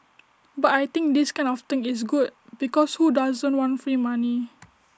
but I think this kind of thing is good because who doesn't want free money